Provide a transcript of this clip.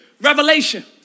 Revelation